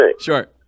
sure